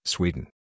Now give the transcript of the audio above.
Sweden